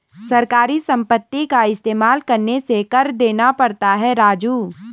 सरकारी संपत्ति का इस्तेमाल करने से कर देना पड़ता है राजू